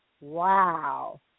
Wow